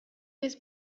his